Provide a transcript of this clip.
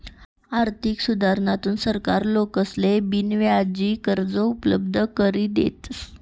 आर्थिक सुधारणाथून सरकार लोकेसले बिनव्याजी कर्ज उपलब्ध करी देस